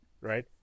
right